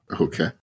Okay